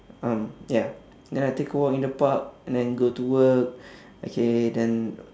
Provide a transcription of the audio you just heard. um ya then I take a walk in the park and then go to work okay then